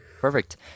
Perfect